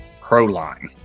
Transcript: Crowline